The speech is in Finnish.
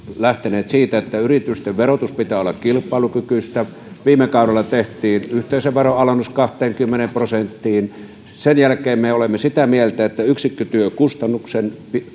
lähteneet siitä että yritysten verotuksen pitää olla kilpailukykyistä viime kaudella tehtiin yhteisöveron alennus kahteenkymmeneen prosenttiin sen jälkeen me olemme sitä mieltä että yksikkötyökustannusten